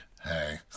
Hey